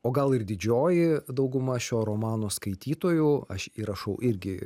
o gal ir didžioji dauguma šio romano skaitytojų aš įrašau irgi